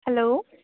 hello